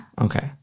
Okay